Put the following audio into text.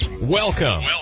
Welcome